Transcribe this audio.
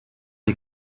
une